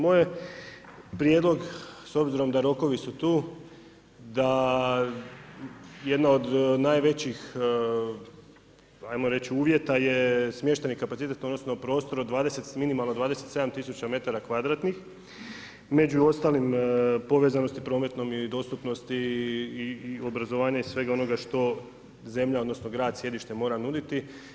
Moj je prijedlog s obzirom da rokovi su tu da jedna od najvećih ajmo reći uvjeta je smještajni kapacitet odnosno prostor od 20 minimalno 27 tisuća metara kvadratnih, među ostalim povezanosti prometnom dostupnosti i obrazovanja i svega onoga što zemlja odnosno grad, sjedište mora nuditi.